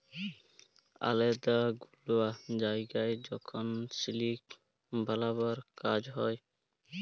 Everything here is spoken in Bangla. আলেদা গুলা জায়গায় যখল সিলিক বালাবার কাজ হ্যয়